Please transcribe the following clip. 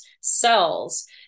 cells